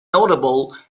notable